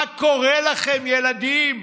מה קורה לכם, ילדים?